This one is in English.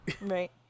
Right